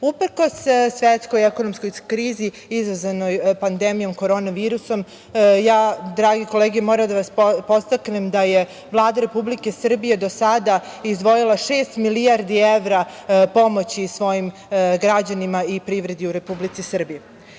Uprkos svetskoj ekonomskoj krizi izazvanoj pandemijom korona virusa, ja drage kolege moram da vas podsetim da je Vlada Republike Srbije do sad izdvojila šest milijardi evra pomoći svojim građanima i privredi u Republici